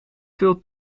veel